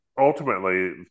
ultimately